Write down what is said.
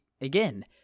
Again